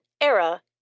Era